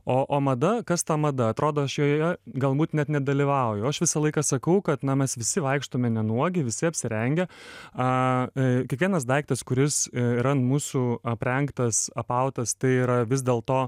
o o mada kas ta mada atrodo aš joje galbūt net nedalyvauju aš visą laiką sakau kad na mes visi vaikštome nuogi visi apsirengę a kiekvienas daiktas kuris yra mūsų aprengtas apautas tai yra vis dėl to